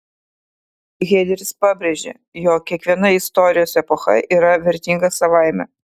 hederis pabrėžė jog kiekviena istorijos epocha yra vertinga savaime